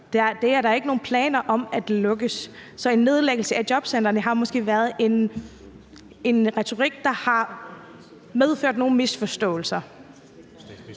er der ikke nogen planer om skal lukkes. Så »nedlæggelse af jobcentrene« har måske været en retorik, der har medført nogle misforståelser.